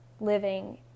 living